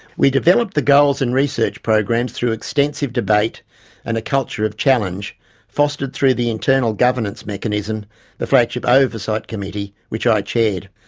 we developed the goals and research programs through extensive debate and a culture of challenge fostered through the internal governance mechanism the flagship oversight committee which i chaired.